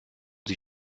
sie